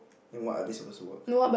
then what are they supposed to work